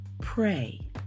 pray